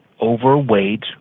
overweight